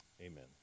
amen